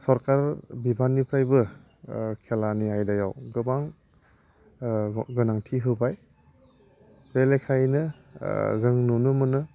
सरकार बिफाननिफ्रायबो खेलानि आयदायाव गोबां गोनांथि होबाय बे लेखायैनो जों नुनो मोनो